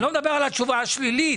אני לא מדבר על התשובה השלילית.